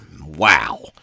Wow